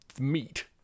meat